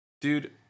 Dude